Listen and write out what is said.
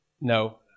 No